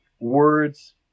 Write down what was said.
words